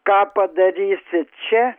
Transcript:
ką padarysit čia